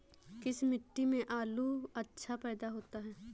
किस मिट्टी में आलू अच्छा पैदा होता है?